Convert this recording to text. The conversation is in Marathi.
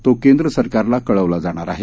तो केंद्र सरकारला कळवला जाणार आहे